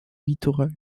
littoral